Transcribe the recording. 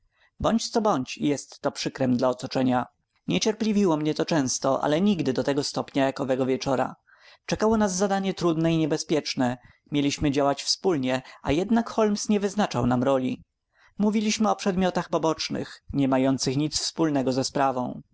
bądź co bądź jest to przykrem dla otoczenia niecierpliwiło mnie to często ale nigdy do tego stopnia jak owego wieczora czekało nas zadanie trudne i niebezpieczne mieliśmy działać wspólnie a jednak holmes nie wyznaczał nam roli mówiliśmy o przedmiotach pobocznych nie mających nic wspólnego ze sprawą